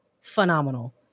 phenomenal